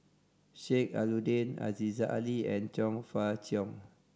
Sheik Alau'ddin Aziza Ali and Chong Fah Cheong